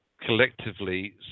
collectively